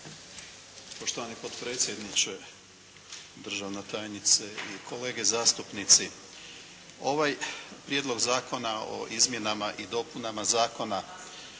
Poštovani potpredsjedniče, državna tajnice i kolege zastupnici. Ovaj Prijedlog Zakona o izmjenama i dopunama Zakona